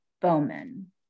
Bowman